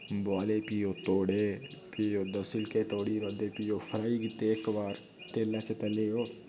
बुआले फ्ही ओहदे छिलके तोड़े फ्ही ओह्दे छिलके तोड़ी पांदे फ्ही ओह् फ्राई कीते इक बार तेला च तेले ओह्